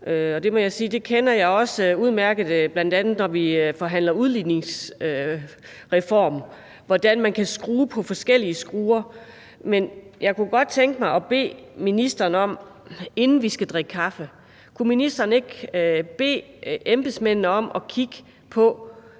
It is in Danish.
sige, at jeg bl.a. i forbindelse med forhandling af udligningsreformen kender til, hvordan man kan skrue på forskellige skruer. Men jeg kunne godt tænke mig at bede ministeren om, inden vi skal drikke kaffe, at bede embedsmændene om at kigge på,